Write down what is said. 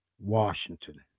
Washington